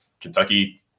Kentucky